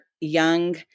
young